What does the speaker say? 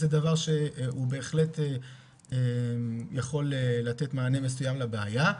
זה דבר שהוא בהחלט יכול לתת מענה מסוים לבעיה.